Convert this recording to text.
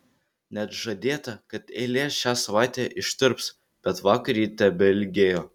net žadėta kad eilė šią savaitę ištirps bet vakar ji tebeilgėjo